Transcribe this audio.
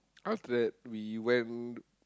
after that we went